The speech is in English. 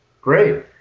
Great